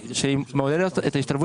תודה.